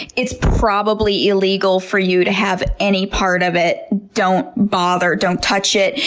it's probably illegal for you to have any part of it. don't bother, don't touch it.